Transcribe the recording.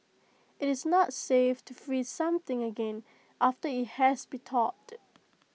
IT is not safe to freeze something again after IT has been thawed